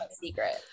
secret